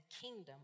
kingdom